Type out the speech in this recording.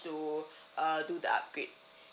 to uh do the upgrade